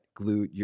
glute